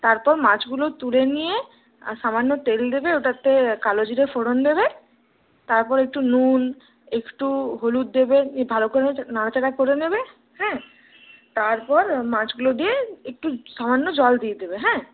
তারপর মাছগুলো তুলে নিয়ে আর সামান্য তেল দেবে ওটাতে কালো জিরে ফোড়ন দেবে তারপর একটু নুন একটু হলুদ দেবে ভালো করে নাড়াচাড়া করে নেবে হ্যাঁ তারপর মাছগুলো দিয়ে একটু সামান্য জল দিয়ে দেবে হ্যাঁ